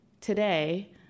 today